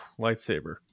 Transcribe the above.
lightsaber